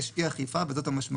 יש 100 לשכות פרטיות.